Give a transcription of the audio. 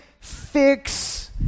fix